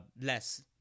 less